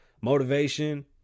motivation